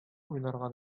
уйларга